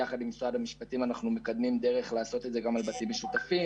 ויחד עם משרד המשפטים אנחנו מקדמים דרך לעשות את זה גם בבתים משותפים.